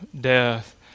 death